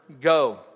go